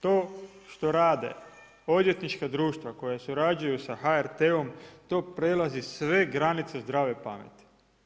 To što rade odvjetnička društva koja surađuju sa HRT-om, to prelazi sve granice zdrave pameti.